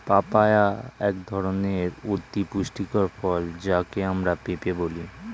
papaya এক ধরনের অতি পুষ্টিকর ফল যাকে আমরা পেঁপে বলি